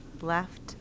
left